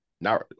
Now